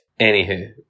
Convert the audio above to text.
anywho